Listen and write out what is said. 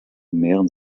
mehren